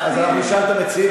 אז נשאל את המציעים.